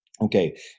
Okay